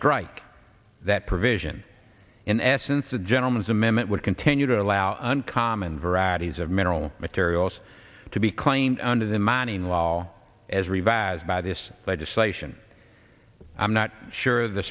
strike that provision in essence a gentleman's amendment would continue to allow uncommon varieties of mineral materials to be claimed under the mining law as revised by this legislation i'm not sure the